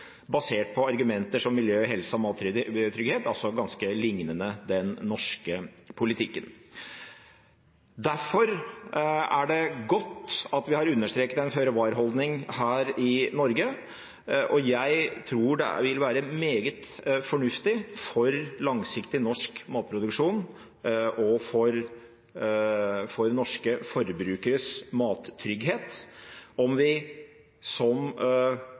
basert på argumenter som miljø, helse og mattrygghet, altså ganske lignende den norske politikken. Derfor er det godt at vi har understreket en føre-var-holdning her i Norge, og jeg tror det vil være meget fornuftig for langsiktig norsk matproduksjon og for norske forbrukeres mattrygghet om vi